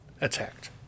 attacked